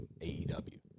AEW